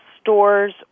stores